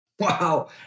Wow